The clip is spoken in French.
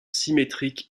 symétrique